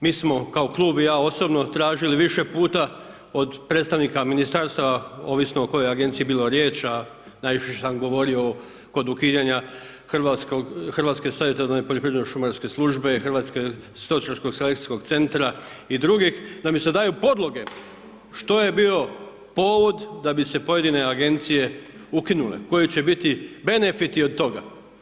Mi smo kao klub i ja osobno, tražili više puta od predstavnika Ministarstava, ovisno o kojoj Agenciji je bilo riječ, a najviše sam govorio kod ukidanja Hrvatske savjetodavne poljoprivredno šumarske službe, Hrvatskog stočarskog selekcijskog centra i drugih, da mi se daju podloge što je bio povod da bi se pojedine Agencije ukinule, koji će biti benefiti od toga.